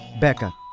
Becca